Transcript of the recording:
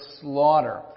slaughter